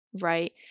right